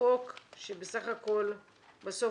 חוק שבסך הכל בסוף,